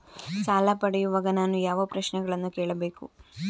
ಸಾಲ ಪಡೆಯುವಾಗ ನಾನು ಯಾವ ಪ್ರಶ್ನೆಗಳನ್ನು ಕೇಳಬೇಕು?